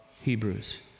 Hebrews